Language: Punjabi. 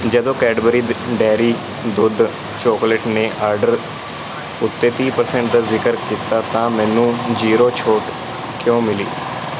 ਜਦੋਂ ਕੈਡਬਰੀ ਡ ਡੇਅਰੀ ਦੁੱਧ ਚਾਕਲੇਟ ਨੇ ਆਰਡਰ ਉੱਤੇ ਤੀਹ ਪਰਸੈਂਟ ਦਾ ਜ਼ਿਕਰ ਕੀਤਾ ਤਾਂ ਮੈਨੂੰ ਜ਼ੀਰੋ ਛੋਟ ਕਿਉਂ ਮਿਲੀ